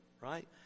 Right